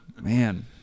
Man